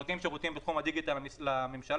שנותנים שירותים בתחום הדיגיטל לממשלה,